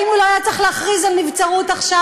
האם הוא לא היה צריך להכריז על נבצרות עכשיו?